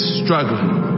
struggling